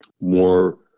more